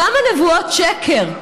כמה נבואות שקר.